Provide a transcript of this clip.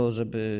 żeby